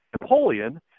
Napoleon